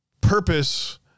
purpose